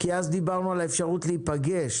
כי אז דיברנו על האפשרות להיפגש,